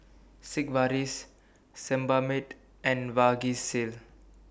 Sigvaris Sebamed and Vagisil